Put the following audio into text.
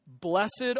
Blessed